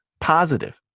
positive